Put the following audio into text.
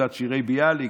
קצת שירי ביאליק,